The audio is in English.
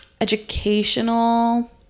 Educational